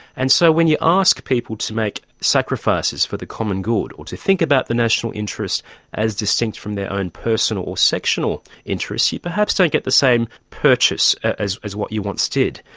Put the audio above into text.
and so when you ask people to make sacrifices for the common good or to think about the national interest as distinct from their own personal or sectional interests, you perhaps don't get the same purchase as as what you once did.